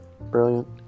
brilliant